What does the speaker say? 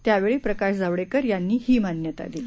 त्यावेळी प्रकाश जावडेकर यांनी ही मान्यता दिली